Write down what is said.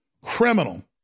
criminal